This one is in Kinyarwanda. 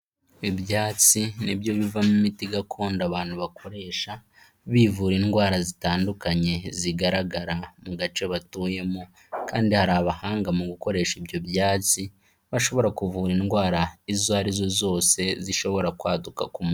Ibyatsi nibyo bivamo imiti gakondo abantu bakoresha bivura indwara zitandukanye zigaragara mu gace batuyemo kandi hari abahanga mu gukoresha ibyo byatsi, bashobora kuvura indwara izo arizo zose zishobora kwaduka ku mu...